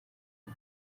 nta